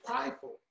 prideful